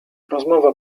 rozmowa